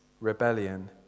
rebellion